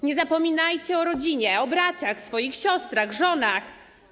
Nie zapominajcie o rodzinie, o braciach swoich, siostrach, żonach.